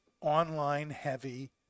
online-heavy